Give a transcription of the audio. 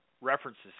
references